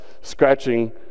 scratching